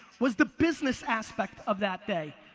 was the business aspect of that day.